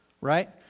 right